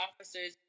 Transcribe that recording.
officers